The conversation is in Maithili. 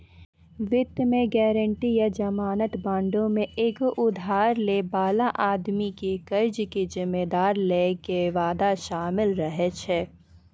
वित्त मे गायरंटी या जमानत बांडो मे एगो उधार लै बाला आदमी के कर्जा के जिम्मेदारी लै के वादा शामिल रहै छै